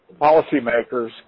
policymakers